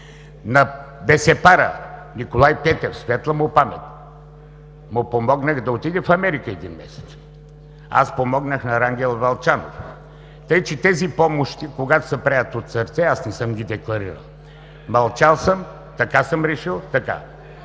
На бесепара Николай Петев – светла му памет, помогнах да отиде един месец в Америка. Аз помогнах на Рангел Вълчанов. Тези помощи, когато се правят от сърце, аз не съм ги декларирал. Мълчал съм, така съм решил.